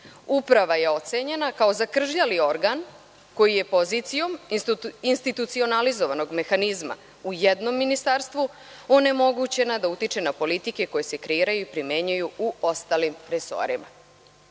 Srbije. Uprava je ocenjena kao zakržljali organ koji je pozicijom institucionalizovanog mehanizma u jednom ministarstvu onemogućena da utiče na politike koje se kreiraju i primenjuju u ostalim resorima.